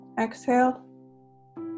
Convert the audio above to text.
exhale